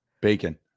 Bacon